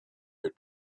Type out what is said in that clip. your